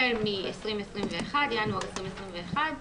החל מינואר 2021,